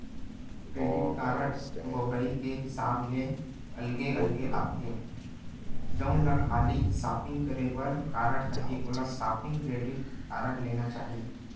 credit card बउरई के हिसाब ले अलगे अलगे आथे, जउन ल खाली सॉपिंग करे बर कारड चाही ओला सॉपिंग क्रेडिट कारड लेना चाही